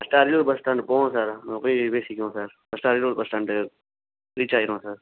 first Ariyalur bus stand போங்க sir அங்கே போய் பேசிக்குவோம் sir first Ariyalur bus stand reach ஆயிடுவோம் சார்